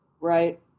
Right